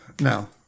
No